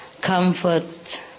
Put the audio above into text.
comfort